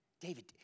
David